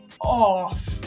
off